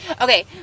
Okay